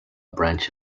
branch